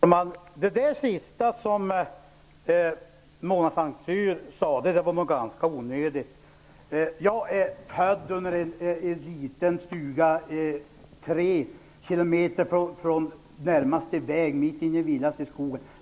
Fru talman! Det sista som Mona Saint Cyr sade var nog ganska onödigt. Jag är född i en liten stuga tre kilometer från närmaste väg, mitt inne i vildaste skogen.